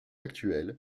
actuelle